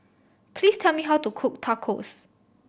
please tell me how to cook Tacos